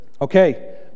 Okay